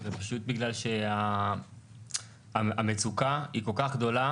זה פשוט בגלל שהמצוקה היא כל כך גדולה